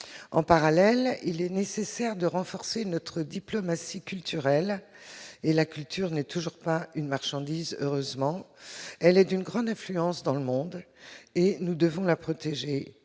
En parallèle, il est nécessaire de renforcer notre diplomatie culturelle. La culture, heureusement, n'est toujours pas une marchandise. Elle est d'une grande influence dans le monde et nous devons la protéger.